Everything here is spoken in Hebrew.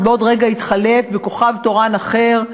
שבעוד רגע יתחלף בכוכב תורן אחר.